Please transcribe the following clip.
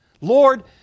Lord